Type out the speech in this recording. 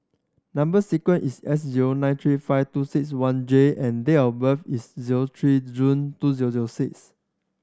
number sequence is S zero nine three five two six one J and date of birth is zero three June two zero zero six